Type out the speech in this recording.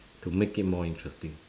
to make it more interesting